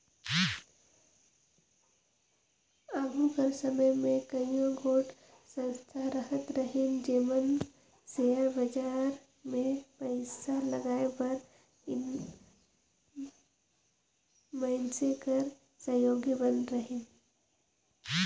आघु कर समे में कइयो गोट संस्था रहत रहिन जेमन सेयर बजार में पइसा लगाए बर मइनसे कर सहयोगी बने रहिन